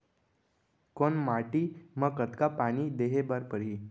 कोन माटी म कतका पानी देहे बर परहि?